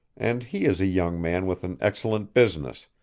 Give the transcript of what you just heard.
and he is a young man with an excellent business,